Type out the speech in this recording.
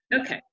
Okay